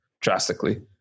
drastically